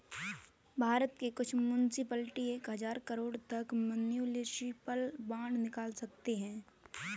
भारत के कुछ मुन्सिपलिटी एक हज़ार करोड़ तक का म्युनिसिपल बांड निकाल सकते हैं